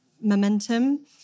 momentum